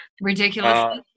ridiculous